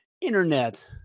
internet